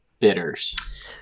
bitters